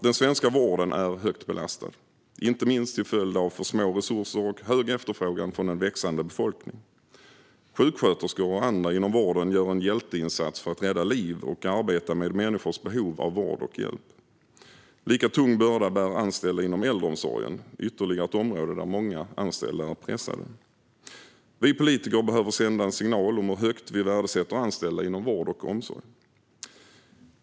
Den svenska vården är högt belastad, inte minst till följd av för små resurser och hög efterfrågan från en växande befolkning. Sjuksköterskor och andra inom vården gör en hjälteinsats för att rädda liv och arbeta med människors behov av vård och hjälp. Lika tung börda bär anställda inom äldreomsorgen - det är ytterligare ett område där många anställda är pressade. Vi politiker behöva sända en signal om hur högt vi värdesätter anställda inom vård och omsorg.